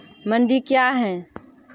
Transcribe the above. मंडी क्या हैं?